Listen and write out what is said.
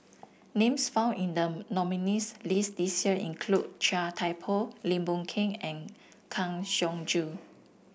names found in the nominees' list this year include Chia Thye Poh Lim Boon Keng and Kang Siong Joo